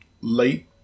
late